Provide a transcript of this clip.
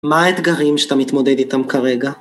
מה האתגרים שאתה מתמודד איתם כרגע?